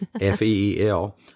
F-E-E-L